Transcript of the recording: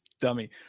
dummy